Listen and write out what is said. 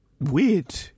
weird